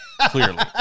Clearly